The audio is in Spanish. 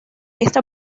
esta